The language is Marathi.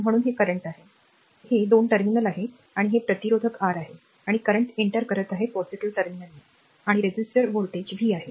तर म्हणूनच हे चालू आहे हे 2 टर्मिनल आहे आणि हे प्रतिरोधक R आहे आणि करंट एंटर करत आहे रेझिस्टर व्होल्टेज ओलांडून पॉझिटिव्ह टर्मिनल v आहे